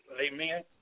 Amen